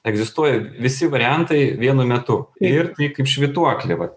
egzistuoja visi variantai vienu metu ir tai kaip švytuoklė vat